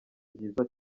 byiza